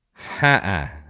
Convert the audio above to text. Ha